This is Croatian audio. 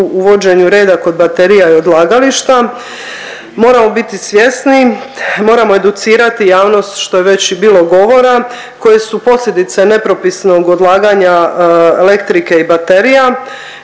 o uvođenju reda kod baterija i odlagališta. Moramo biti svjesni, moramo educirati javnost, što je već i bilo govora, što su posljedice nepropisnog odlaganja elektrike i baterija